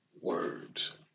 words